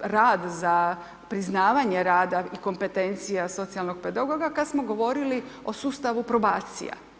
rad za priznavanje rada i kompetencija socijalnog pedagoga kada smo govorili o sustavu probacija.